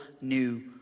new